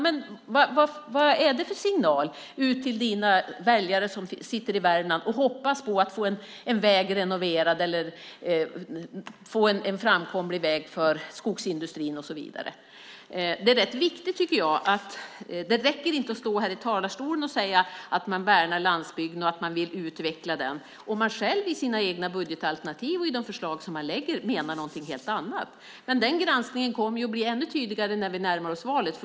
Vad ger det för signal till dina väljare i Värmland som hoppas på att få en väg renoverad eller en framkomlig väg för skogsindustrin? Det räcker inte att stå här i talarstolen och säga att man värnar landsbygden och att man vill utveckla den om man i sina egna budgetalternativ och de förslag som man lägger säger något helt annat. Den granskningen blir ju ändå tydligare när vi närmar oss valet.